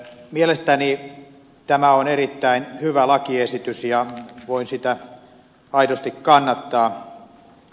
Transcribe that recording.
mielestäni tämä on erittäin hyvä lakiesitys ja voin sitä aidosti kannattaa